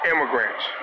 immigrants